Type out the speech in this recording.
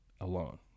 alone